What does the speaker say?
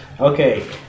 Okay